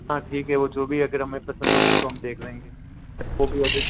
हाँ ठीक है वो जो भी है अगर हमे पसंद होगा तो हम देख लेंगे वो भी ओडर